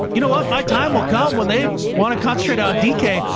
you know what? my time will come when they want to concentrate on dk.